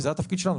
וזה התפקיד שלנו,